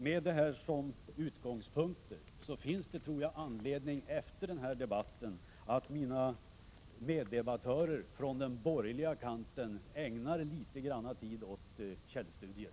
Med dessa utgångspunkter finns det nog anledning för mina meddebattörer från den borgerliga kanten att efter den här debatten ägna litet tid åt källstudier.